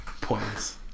Points